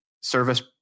service